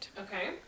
Okay